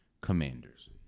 Commanders